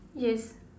yes